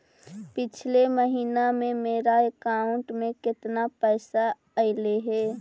पिछले महिना में मेरा अकाउंट में केतना पैसा अइलेय हे?